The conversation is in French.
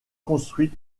construit